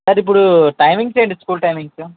sir ఇప్పుడు timings ఏంటి school timings